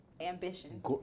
ambition